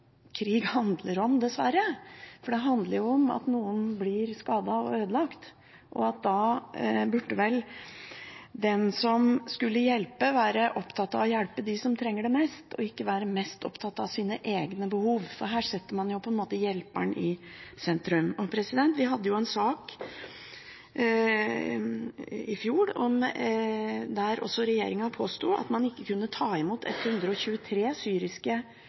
krig handler om, dessverre. Det handler om at noen blir skadet og ødelagt, og da burde vel den som skal hjelpe, være opptatt av å hjelpe dem som trenger det mest, og ikke være mest opptatt av sine egne behov. Her setter man jo på en måte hjelperen i sentrum. Vi hadde en sak i fjor der regjeringen påsto at man ikke kunne ta imot 123 syriske